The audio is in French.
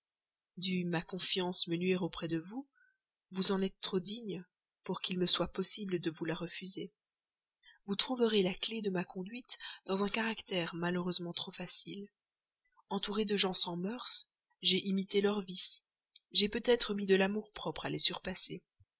dût ma confiance me nuire auprès de vous vous en êtes trop digne pour qu'il me soit possible de vous la refuser vous trouverez la clef de ma conduite dans un caractère malheureusement trop facile entouré de gens sans mœurs j'ai imité leurs vices j'ai peut-être mis de l'amour-propre à les surpasser